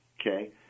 okay